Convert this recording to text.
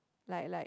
like like